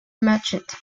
imagined